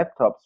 laptops